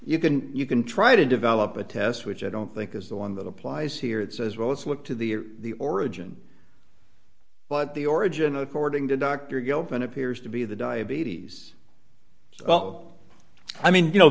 you can you can try to develop a test which i don't think is the one that applies here that says well let's look to the origin but the origin according to dr goldman appears to be the diabetes well i mean you know